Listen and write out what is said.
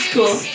Cool